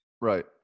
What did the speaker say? Right